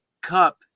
Cup